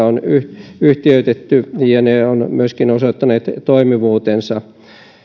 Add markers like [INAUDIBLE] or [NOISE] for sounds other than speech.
[UNINTELLIGIBLE] on yhtiöitetty ja ne ovat myöskin osoittaneet toimivuutensa